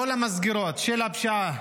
כל המסגרות של הפשיעה,